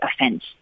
offence